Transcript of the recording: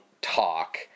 talk